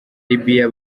libya